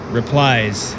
replies